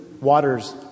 waters